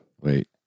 Wait